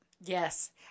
Yes